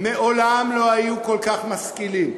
מעולם לא היו כל כך משכילים,